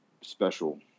special